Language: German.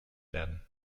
werden